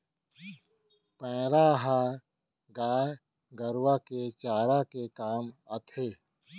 पैरा ह गाय गरूवा के चारा के काम आथे